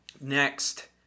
Next